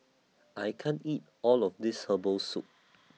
I can't eat All of This Herbal Soup